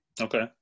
Okay